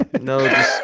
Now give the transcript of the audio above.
No